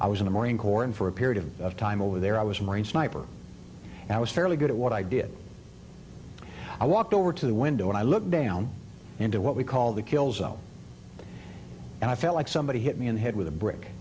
i was in the marine corps and for a period of time over there i was a marine sniper and i was fairly good at what i did i walked over to the window and i looked down into what we call the kill zone and i felt like somebody hit me in the head with a brick